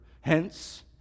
Hence